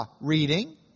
reading